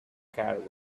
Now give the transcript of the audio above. caravan